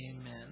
Amen